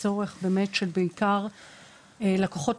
תוכל לעשות את זה בעצמך ולזרוק את